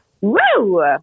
Woo